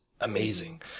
amazing